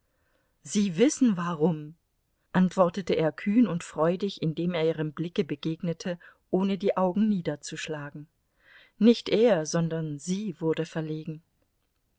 sie wissen warum antwortete er kühn und freudig indem er ihrem blicke begegnete ohne die augen niederzuschlagen nicht er sondern sie wurde verlegen